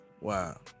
Wow